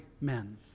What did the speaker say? men